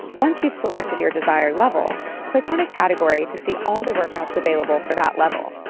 once you've selected your desired level click on a category to see all the workouts available for that level